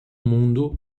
mundo